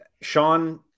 Sean